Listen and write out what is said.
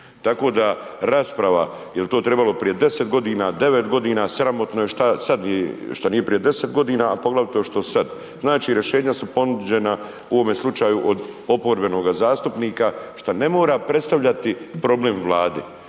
tako da rasprava jel to trebalo prije 10 godina, 9 godina, sramotno je šta sad, šta nije prije 10 godina, a poglavito što sad. Znači rješenja su ponuđena u ovome slučaju od oporbenoga zastupnika šta ne mora predstavljati problem Vladi.